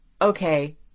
okay